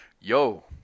Yo